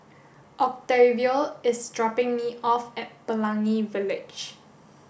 Octavio is dropping me off at Pelangi Village